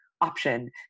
option